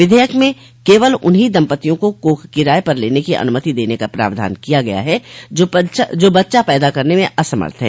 विधेयक में केवल उन्हीं दम्पतियों को कोख किराए पर लेने की अनुमति देन का प्रावधान किया गया है जो बच्चा पैदा करने में असमर्थ हैं